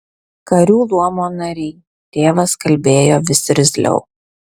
karių luomo nariai tėvas kalbėjo vis irzliau